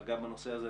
שנגע בנושא הזה.